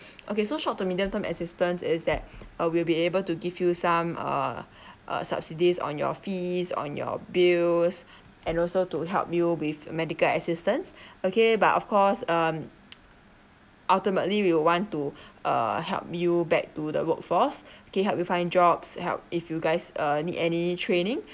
okay so short to medium term assistance is that uh will be able to give you some err uh subsidies on your fees on your bills and also to help you with medical assistance okay but of course um ultimately we will want to err help you back to the workforce okay help you find jobs help if you guys uh need any training